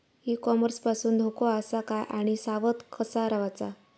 E commerce पासून धोको आसा काय आणि सावध कसा रवाचा?